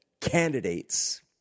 candidates